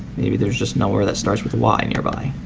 maybe there's just no where that starts with a y nearby.